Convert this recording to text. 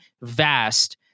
vast